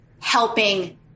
helping